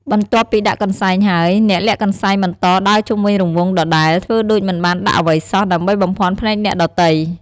បន្ទាប់ពីដាក់កន្សែងហើយ អ្នកលាក់កន្សែងបន្តដើរជុំវិញរង្វង់ដដែល ធ្វើដូចមិនបានដាក់អ្វីសោះ ដើម្បីបំភាន់ភ្នែកអ្នកដទៃ។